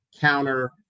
counter